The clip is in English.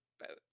boats